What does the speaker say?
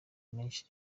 menshi